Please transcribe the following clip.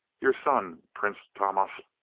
your son, prince tahmasp,